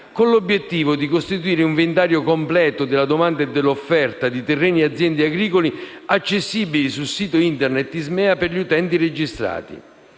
con l'obiettivo di costituire un inventario completo della domanda e dell'offerta di terreni e aziende agricole accessibili sul sito Internet di ISMEA per gli utenti registrati.